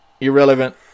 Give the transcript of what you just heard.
irrelevant